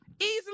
Easily